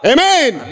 Amen